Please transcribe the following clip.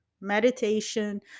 meditation